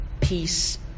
peace